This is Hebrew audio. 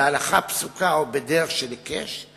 בהלכה פסוקה או בדרך של היקש,